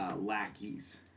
lackeys